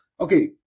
okay